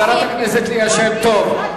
חברת הכנסת ליה שמטוב,